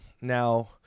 Now